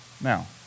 Now